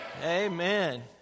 Amen